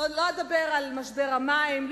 אני לא אדבר על משבר המים,